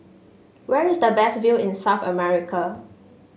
where is the best view in South America